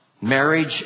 marriage